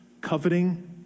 coveting